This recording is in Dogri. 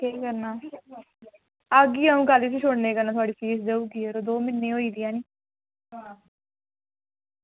केह् करना आह्गी कल्ल अंऊ इसी छोड़नै ई कन्नै फीस देई ओड़गी यरो दौ म्हीनै दी होई दी